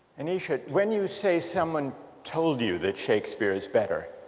aneesha, when you say someone told you that shakespeare's better